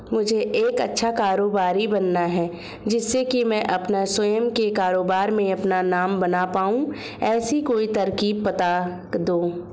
मुझे एक अच्छा कारोबारी बनना है जिससे कि मैं अपना स्वयं के कारोबार में अपना नाम बना पाऊं ऐसी कोई तरकीब पता दो?